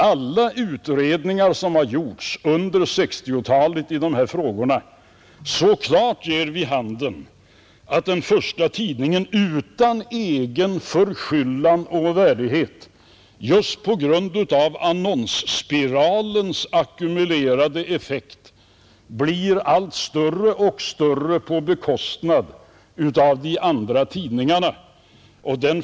Alla utredningar som gjorts i de här frågorna under 1960-talet ger nämligen mycket klart vid handen att den första tidningen utan egen förskyllan och värdighet, just på grund av annonsspiralens ackumulerande effekt, blir allt större och större på bekostnad av de andra tidningarna.